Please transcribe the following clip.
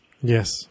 Yes